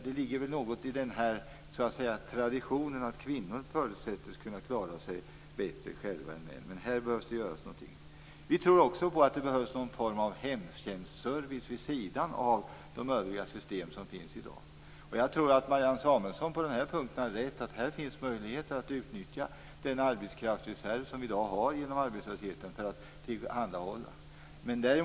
Det ligger väl något i traditionen att kvinnor förutsätts kunna klara sig bättre själva än män. Här behövs det göras någonting. Vi tror också att det behövs någon form av hemtjänstservice vid sidan av de övriga system som finns i dag. Jag tror att Marianne Samuelsson har rätt i att det här finns möjligheter att utnyttja den arbetskraftsreserv som vi i dag har genom arbetslösheten för att tillhandahålla dessa tjänster.